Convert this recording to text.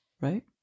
right